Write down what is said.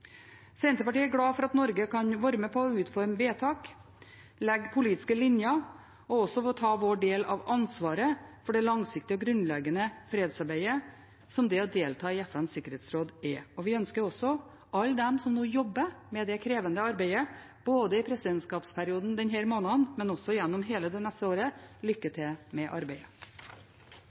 Senterpartiet er glad for at Norge kan være med på å utforme vedtak og legge politiske linjer og også ta vår del av ansvaret for det langsiktige og grunnleggende fredsarbeidet som det å delta i FNs sikkerhetsråd er. Vi ønsker også alle dem som nå jobber med det krevende arbeidet, både i presidentskapsperioden denne måneden og også gjennom hele det neste året, lykke til med arbeidet.